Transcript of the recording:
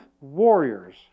warriors